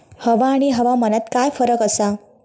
हवा आणि हवामानात काय फरक असा?